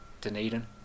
Dunedin